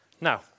Now